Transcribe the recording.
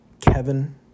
Kevin